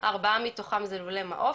ארבעה מתוכם זה לולי מעוף,